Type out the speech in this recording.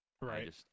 Right